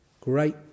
great